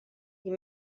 you